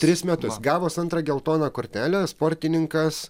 tris metus gavus antrą geltoną kortelę sportininkas